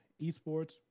esports